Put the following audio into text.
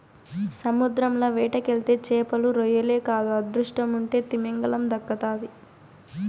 సముద్రంల వేటకెళ్తే చేపలు, రొయ్యలే కాదు అదృష్టముంటే తిమింగలం దక్కతాది